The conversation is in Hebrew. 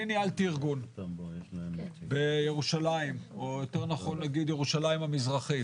אני ניהלתי ארגון בירושלים או יותר נכון להגיד ירושלים המזרחית,